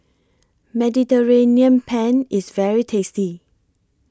Mediterranean Penne IS very tasty